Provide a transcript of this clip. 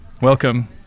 welcome